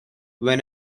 when